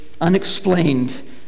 unexplained